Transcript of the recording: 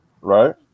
Right